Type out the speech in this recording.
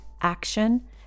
action